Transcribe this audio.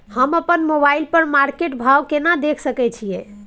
हम अपन मोबाइल पर मार्केट भाव केना देख सकै छिये?